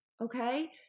Okay